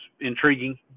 intriguing